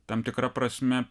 tam tikra prasme